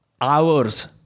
hours